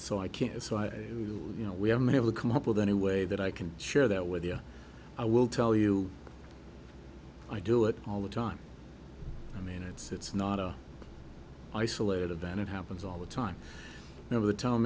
so i can't so i do you know we haven't been able to come up with any way that i can share that with you i will tell you i do it all the time i mean it's it's not zero isolated event it happens all the time never the town